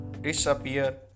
disappear